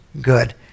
good